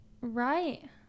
Right